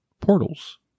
portals